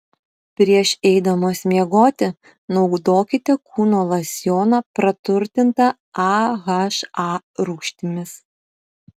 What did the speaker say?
prieš eidamos miegoti naudokite kūno losjoną praturtintą aha rūgštimis